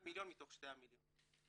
1 מיליון ₪ מתוך ה-2 מיליון ₪.